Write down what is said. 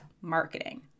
marketing